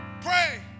Pray